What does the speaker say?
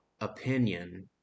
opinion